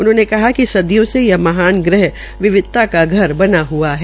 उन्होंने कहा कि सदियों से यह महान ग्रह विविधता का घर बना हआ है